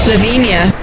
Slovenia